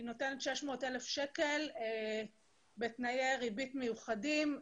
היא נותנת 600,000 שקל בתנאי ריבית מיוחדים,